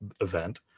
event